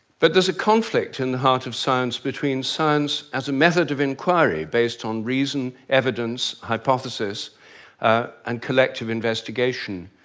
but there's a conflict in the heart of science between science as a method of inquiry based on reason, evidence, hypothesis and collective investigation,